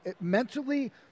mentally